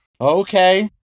Okay